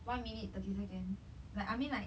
one minute thirty second like I mean like